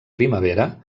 primavera